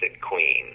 Queen